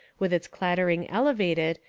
with its clattering elevated,